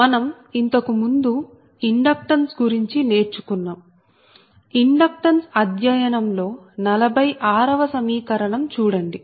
మనం ఇంతకుముందు ఇండక్టెన్స్ గురించి నేర్చుకున్నాం ఇండక్టెన్స్ అధ్యయనం లో 46 వ సమీకరణం చూడండి